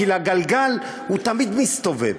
כי הגלגל תמיד מסתובב,